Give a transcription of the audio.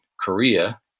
Korea